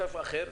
מצב אחר,